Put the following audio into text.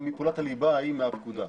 מפעולת הליבה ההיא מהפקודה,